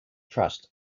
trust